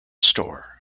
store